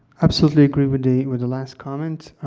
absolutely agree with the with the last comment.